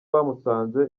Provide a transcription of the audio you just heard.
bamusanze